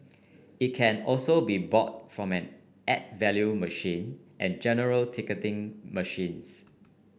it can also be bought from add value machine and general ticketing machines